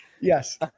yes